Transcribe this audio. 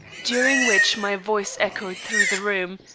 during which my voice echoed through the room,